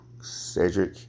Cedric